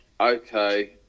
okay